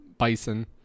Bison